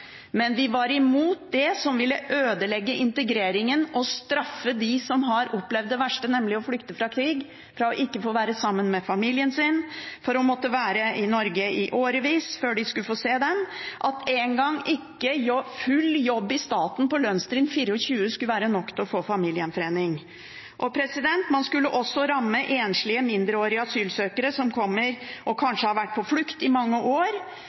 Men vi var imot det som ville ødelegge integreringen og straffe dem som har opplevd det verste, nemlig å flykte fra krig, ved ikke å få være sammen med familien sin, ved å måtte være i Norge i årevis før de skulle få se dem, ved at ikke engang full jobb i staten på lønnstrinn 24 skulle være nok til å få familiegjenforening. Man skulle også ramme enslige mindreårige asylsøkere som kommer og kanskje har vært på flukt i mange år,